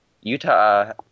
Utah